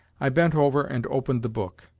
i bent over and opened the book,